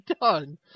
done